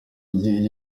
gihe